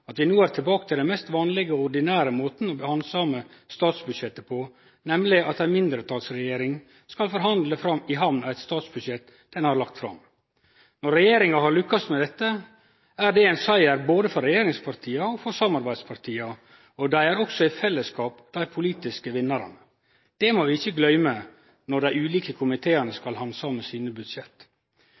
at vi no er tilbake til den mest vanlege og ordinære måten å handsame statsbudsjettet på, nemleg at ei mindretalsregjering skal forhandle i hamn eit statsbudsjett ho har lagt fram. Når regjeringa har lukkast med dette, er det ein siger både for regjeringspartia og for samarbeidspartia, og dei er også i fellesskap dei politiske vinnarane. Det må vi ikkje gløyme når dei ulike komiteane skal handsame budsjetta sine.